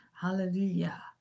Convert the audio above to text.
Hallelujah